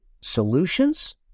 solutions